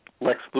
Lex